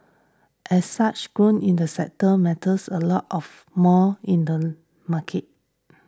as such growth in the sector matters a lot of more in the market